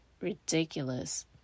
ridiculous